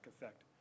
effect